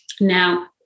Now